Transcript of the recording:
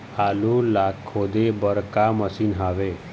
आलू ला खोदे बर का मशीन हावे?